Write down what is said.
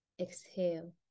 Exhale